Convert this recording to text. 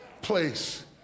place